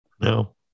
No